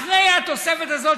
אחרי התוספת הזאת,